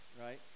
right